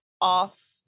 off